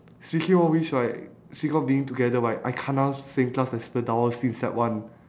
she keep on wish right she got being together right I kena same class as her that I was in sec one